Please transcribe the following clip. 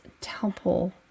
temple